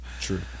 True